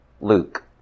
Luke